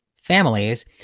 families